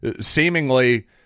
seemingly